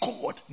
God